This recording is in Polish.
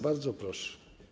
Bardzo proszę.